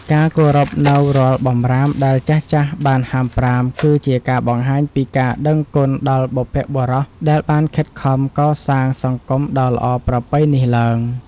ការគោរពនូវរាល់បម្រាមដែលចាស់ៗបានហាមប្រាមគឺជាការបង្ហាញពីការដឹងគុណដល់បុព្វបុរសដែលបានខិតខំកសាងសង្គមដ៏ល្អប្រពៃនេះឡើង។